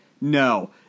No